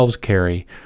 carry